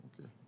okay